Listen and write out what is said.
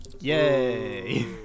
Yay